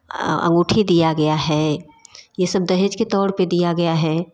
अंगूठी दिया गया है यह सब दहेज के तौर पे दिया गया है